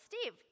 Steve